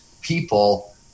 people